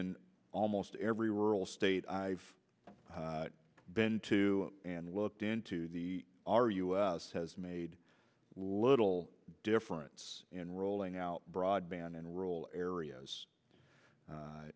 in almost every rural state i've been to and looked into the our us has made little difference in rolling out broadband in rural areas